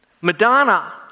Madonna